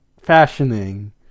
fashioning